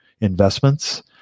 investments